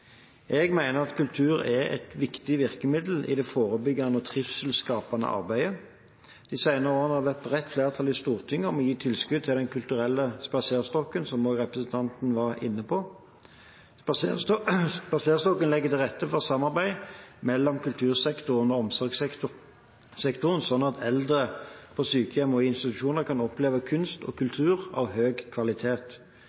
Jeg mener at kultur er et viktig virkemiddel i det forebyggende og trivselsskapende arbeidet. De senere årene har det vært et bredt flertall i Stortinget om å gi tilskudd til Den kulturelle spaserstokken – som også representanten var inne på. Spaserstokken legger til rette for samarbeid mellom kultursektoren og omsorgssektoren, slik at eldre på sykehjem og i institusjoner kan oppleve kunst og